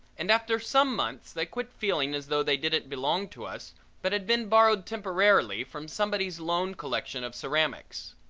and after some months they quit feeling as though they didn't belong to us but had been borrowed temporarily from somebody's loan collection of ceramics.